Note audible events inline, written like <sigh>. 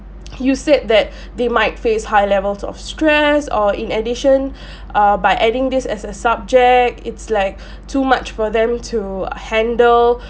you said that <breath> they might face high levels of stress or in addition <breath> uh by adding this as a subject it's like <breath> too much for them to handle